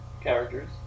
characters